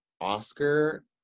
Oscar